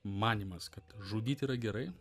manymas kad žudyt yra gerai